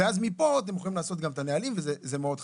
אז מפה אתם יכולים לעשות גם את הנהלים וזה מאוד חשוב.